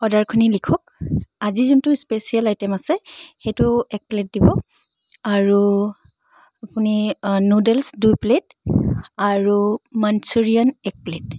অৰ্ডাৰখনি লিখক আজি যোনটো স্পেচিয়েল আইটেম আছে সেইটো এক প্লেট দিব আৰু আপুনি নুডলছ্ দুই প্লেট আৰু মানচুৰিয়ান এক প্লেট